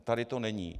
A tady to není.